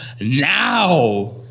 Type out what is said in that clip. now